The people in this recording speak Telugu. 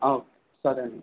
సరేను అండి